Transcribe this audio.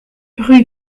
rue